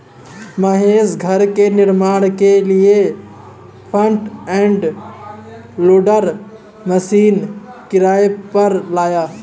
महेश घर के निर्माण के लिए फ्रंट एंड लोडर मशीन किराए पर लाया